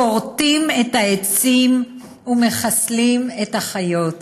כורתים את העצים ומחסלים את החיות.